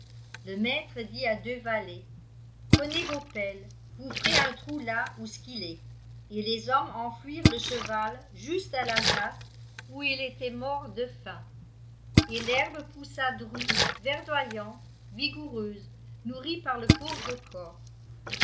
le maître dit à deux valets prenez vos pelles vous f'rez un trou là ous qu'il est et les hommes enfouirent le cheval juste à la place où il était mort de faim et l'herbe poussa drue verdoyante vigoureuse nourrie par le pauvre corps